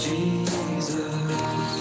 Jesus